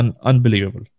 unbelievable